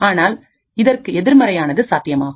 ஆனால் இதற்கு எதிர்மறையானது சாத்தியமாகும்